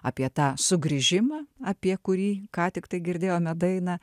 apie tą sugrįžimą apie kurį ką tiktai girdėjome dainą